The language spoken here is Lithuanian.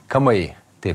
kamajai taip